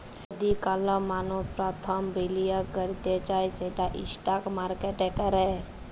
যদি কল মালুস পরথম বিলিয়গ ক্যরতে চায় সেট ইস্টক মার্কেটে ক্যরে